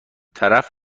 طرف